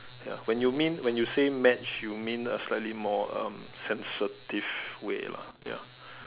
ya when you mean when you say match you mean a slightly more um sensitive way lah ya